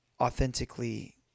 authentically